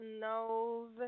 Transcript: knows